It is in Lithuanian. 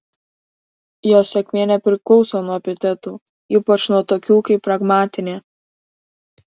jos sėkmė nepriklauso nuo epitetų ypač nuo tokių kaip pragmatinė